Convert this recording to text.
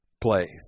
place